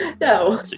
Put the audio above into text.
No